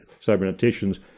cyberneticians